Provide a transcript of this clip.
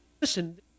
Listen